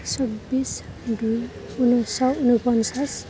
চৌবিছ দুই ঊনৈছশ ঊনপঞ্চাছ